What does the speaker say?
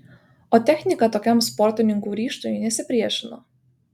o technika tokiam sportininkų ryžtui nesipriešino